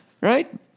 right